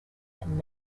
and